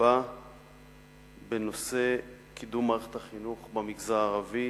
רבה לנושא קידום מערכת החינוך במגזר הערבי